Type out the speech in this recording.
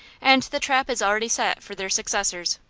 and the trap is already set for their successors.